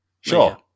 sure